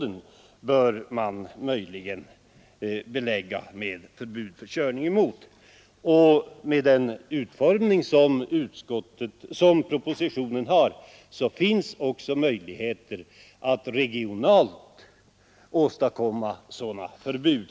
har anfört att man möjligen bör belägga vissa områden med bud. Med den utformning som propositionen har finns också igheter att regionalt införa sådana förbud.